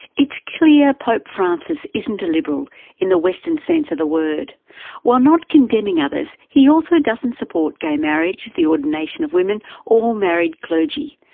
it's clear pope francis isn't a liberal in the western sense of the word while not condemning others he also doesn't support gay marriage, the ordination of women or married clergy.